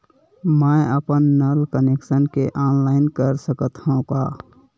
मैं अपन नल कनेक्शन के ऑनलाइन कर सकथव का?